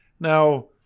Now